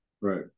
right